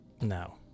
No